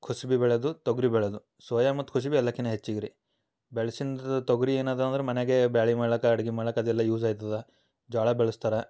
ಕುಸ್ಬೆ ಬೆಳೆದು ತೊಗರಿ ಬೆಳೆದು ಸೋಯಾ ಮತ್ತು ಕುಸುಬೆ ಎಲ್ಲಕ್ಕಿನ್ನ ಹೆಚ್ಚಿಗೆ ರೀ ಬೆಳ್ಸಿದ್ದು ತೊಗರಿ ಏನಿದೆ ಅಂದ್ರೆ ಮನೆಗೆ ಬೇಳಿ ಮಾಡಕ್ಕೆ ಅಡ್ಗೆ ಮಾಡಕ್ಕೆ ಅದೆಲ್ಲ ಯೂಸ್ ಆಗ್ತದ ಜೋಳ ಬೆಳೆಸ್ತಾರ